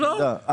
לא, לא.